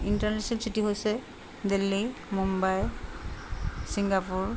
international city হৈছে Delhi Mumbai Singapore